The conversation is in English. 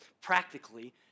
practically